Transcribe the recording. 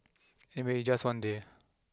anyway it's just one day